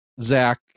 Zach